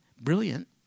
Brilliant